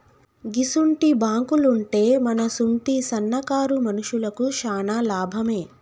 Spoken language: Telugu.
గిసుంటి బాంకులుంటే మనసుంటి సన్నకారు మనుషులకు శాన లాభమే